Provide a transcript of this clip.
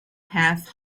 path